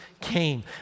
came